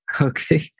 Okay